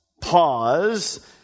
pause